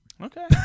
Okay